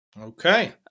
Okay